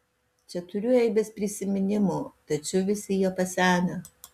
čia turiu aibes prisiminimų tačiau visi jie pasenę